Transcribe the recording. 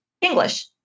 English